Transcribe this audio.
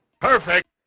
Perfect